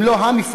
אם לא המפעל,